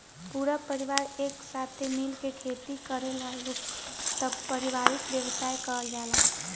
पूरा परिवार एक साथे मिल के खेती करेलालो तब पारिवारिक व्यवसाय कहल जाला